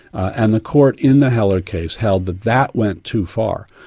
and the court in the heller case held that that went too far.